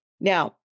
Now